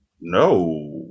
No